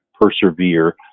persevere